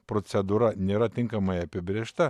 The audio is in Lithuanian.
procedūra nėra tinkamai apibrėžta